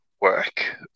work